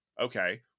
Okay